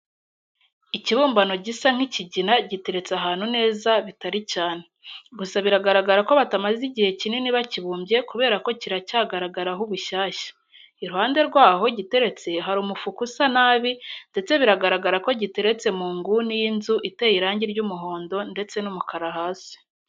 Ikibumbano gisa nk'ikigina giteretse ahantu neza bitari cyane, gusa biragaragara ko batamaze igihe kinini bakibumbye kubera ko kiracyagaragaraho ubushyashya. Iruhande rwaho giteretse hari umufuka usa nabi, ndetse bigaragara ko giteretse mu nguni y'inzu iteye irangi ry'umuhondo ndetse n'umukara hasi.